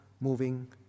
moving